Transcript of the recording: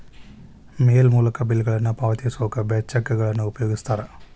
ಮೇಲ್ ಮೂಲಕ ಬಿಲ್ಗಳನ್ನ ಪಾವತಿಸೋಕ ಚೆಕ್ಗಳನ್ನ ಉಪಯೋಗಿಸ್ತಾರ